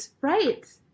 right